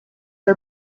are